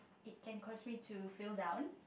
it can cause me to feel down